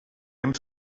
came